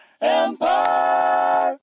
Empire